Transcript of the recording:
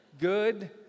Good